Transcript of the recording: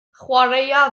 chwaraea